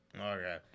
Okay